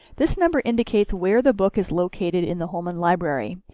this number indicates where the book is located in the holman library.